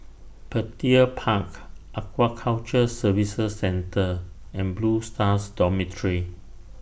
Petir Park Aquaculture Services Centre and Blue Stars Dormitory